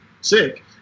sick